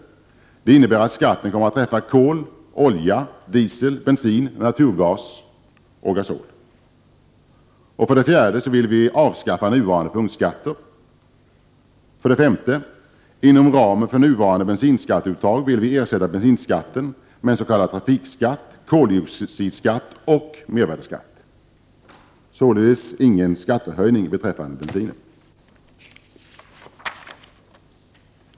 Det innebär att skatten kommer att träffa kol, olja, diesel, bensin, naturgas och gasol. 5. Inom ramen för nuvarande bensinskatteuttag ersätta bensinskatten med en s.k. trafikskatt, koldioxidskatt och mervärdeskatt. Således ingen skattehöjning beträffande bensinen.